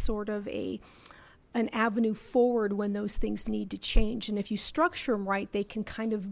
sort of a an avenue forward when those things need to change and if you structure them right they can kind of